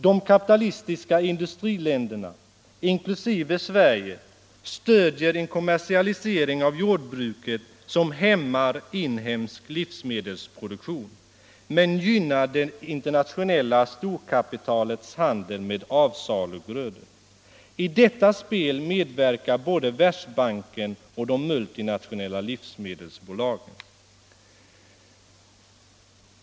De kapitalistiska industriländerna, inklusive Sverige, Nr 142 stödjer en kommersialisering av jordbruket, som hämmar inhemsk livs Torsdagen den medelsproduktion men gynnar det internationella storkapitalets handel 12 december 1974 med avsalugrödor. I detta spel medverkar både Världsbanken och de I multinationella livsmedelsbolagen.